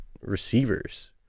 receivers